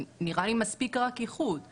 נראה לי מספיק רק אישור של האיחוד.